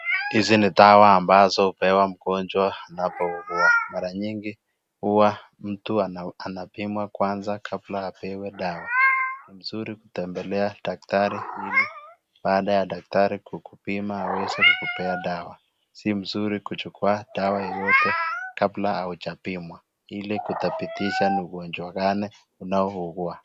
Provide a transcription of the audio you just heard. Hizi ni dawa ambazo hupewa mgonjwa anapo ugua, mara nyingi, huwa, mtu anapimwa kwanza kabla apewe dawa, ni mzuri kutembelea daktari ili, baada ya daktari kukupima aweze kukupea dawa, si mzuri kuchukua dawa yeyote kabla haujapimwa, ilikutabitisha ni ugonjwa gani unao ugua.